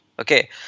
okay